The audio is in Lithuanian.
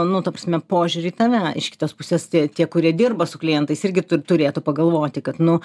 nu ta prasme požiūrį į tave iš kitos pusės tie tie kurie dirba su klientais irgi tu turėtų pagalvoti kad nu